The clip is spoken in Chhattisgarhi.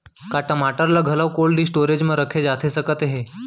का टमाटर ला घलव कोल्ड स्टोरेज मा रखे जाथे सकत हे?